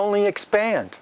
only expand